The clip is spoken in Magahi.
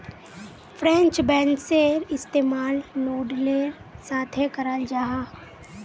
फ्रेंच बेंसेर इस्तेमाल नूडलेर साथे कराल जाहा